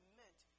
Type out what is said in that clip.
meant